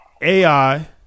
AI